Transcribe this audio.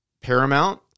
Paramount